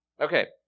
Okay